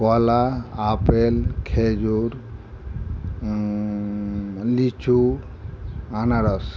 কলা আপেল খেজুর লিচু আনারস